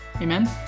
Amen